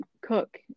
cook